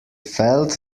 felt